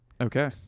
Okay